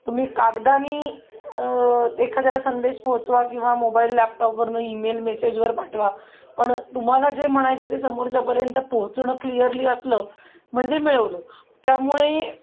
तुम्ही कागदाने एखाद्याला संदेश पोहोचवा किंवा मोबाईल लॅपटॉपवरून ईमेल मेसेजवर पाठवा पण तुम्हाला जे म्हणायचे आहे ते समोरच्यापर्यंत पोहोचणं क्लियरली असलं म्हणजे मिळवलं त्यामुळे